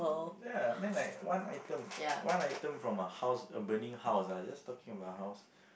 ya I mean like one item one item from a house urbaning house ah just talking about a house